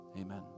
Amen